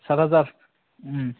साथ हाजार